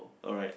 alright